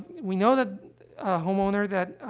we know that a homeowner that,